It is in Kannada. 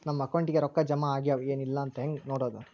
ನಮ್ಮ ಅಕೌಂಟಿಗೆ ರೊಕ್ಕ ಜಮಾ ಆಗ್ಯಾವ ಏನ್ ಇಲ್ಲ ಅಂತ ಹೆಂಗ್ ನೋಡೋದು?